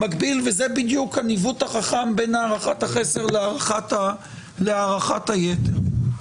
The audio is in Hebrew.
זה בדיוק הניווט החכם בין הערכת החסר להערכת היתר.